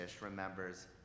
remembers